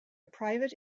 private